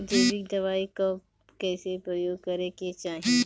जैविक दवाई कब कैसे प्रयोग करे के चाही?